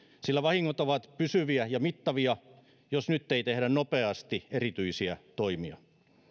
sillä vahingot ovat pysyviä ja mittavia jos nyt ei tehdä nopeasti erityisiä toimia